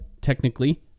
technically